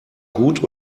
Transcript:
gut